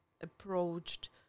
approached